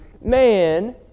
man